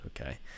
okay